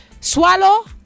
swallow